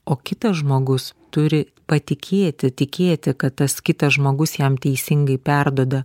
o kitas žmogus turi patikėti tikėti kad tas kitas žmogus jam teisingai perduoda